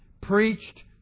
preached